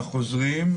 לחוזרים,